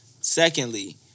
Secondly